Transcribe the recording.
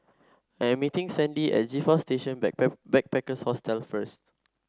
I am meeting Sandi at G Four Station Backpackers Hostel first